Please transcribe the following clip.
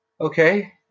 okay